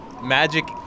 magic